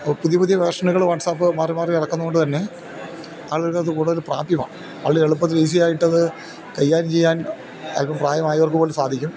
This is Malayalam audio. പുതിയ പുതിയ വേർഷനുകള് വാട്സാപ്പ് മാറി മാറി ഇറക്കുന്നതുകൊണ്ടുതന്നെ ആളുകള്ക്കതു കൂടുതൽ പ്രാപ്യമാണ് ആളുകള് എളുപ്പത്തിൽ ഈസിയായിട്ടത് കൈകാര്യം ചെയ്യാൻ അല്പം പ്രായമായവർക്കുപോലും സാധിക്കും